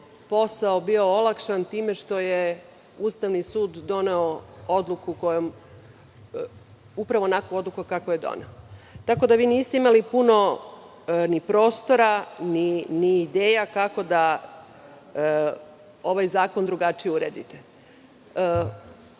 posao bio olakšan time što je Ustavni sud doneo upravo onakvu odluku kakvu je doneo, tako da vi niste imali puno ni prostora ni ideja kako da ovaj zakon drugačije uredite. Rekli